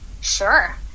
Sure